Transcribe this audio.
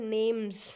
names